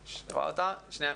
תודה.